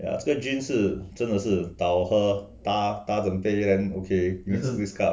ya so jeans 是真的是倒喝 ta ta 整杯 then ok is this cup